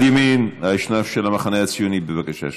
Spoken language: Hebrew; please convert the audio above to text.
בצד ימין, האשנב של המחנה הציוני, בבקשה שקט.